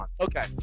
Okay